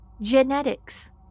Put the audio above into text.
genetics